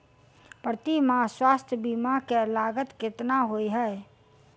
प्रति माह स्वास्थ्य बीमा केँ लागत केतना होइ है?